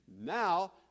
Now